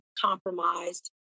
compromised